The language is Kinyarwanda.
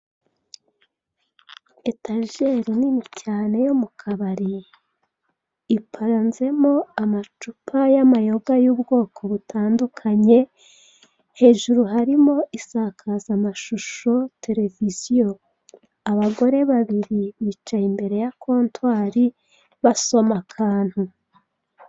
Etajeri nini cyane mu kabari ipanzemo amacupa y'amayoga y'ubwoko butandukanye, hejuru harimo isakazamashusho televiziyo. Abagore babiri bicaye imbere ya kontwari basoma akantu.